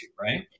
right